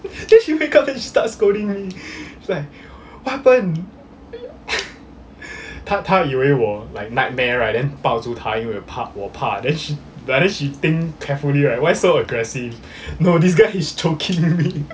then she wake up then she start scolding me like what happen 她他以为我 like nightmare right then 抱住她因为怕我怕 then she ya then she think carefully right why so aggressive no this guy is choking me